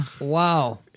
Wow